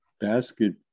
basket